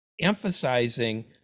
emphasizing